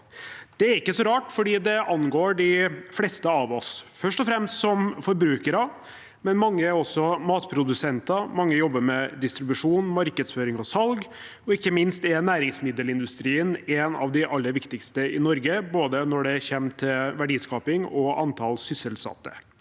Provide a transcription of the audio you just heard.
Det er ikke så rart, for det angår de fleste av oss, først og fremst som forbrukere. Men mange er også matprodusenter, mange jobber med distribusjon, markedsføring og salg, og ikke minst er næringsmiddelindustrien en av de aller viktigste industrier i Norge, både når det gjelder verdiskaping og antall sysselsatte.